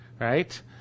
right